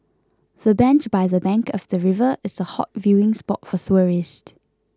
the bench by the bank of the river is a hot viewing spot for tourists